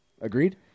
Agreed